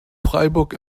freiburg